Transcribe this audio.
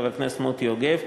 חבר הכנסת מרדכי יוגב,